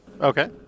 Okay